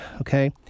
okay